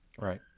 Right